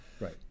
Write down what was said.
right